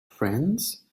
friends